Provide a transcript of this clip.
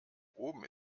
oben